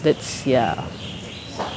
that's ya